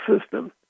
system